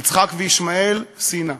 יצחק וישמעאל, שנאה,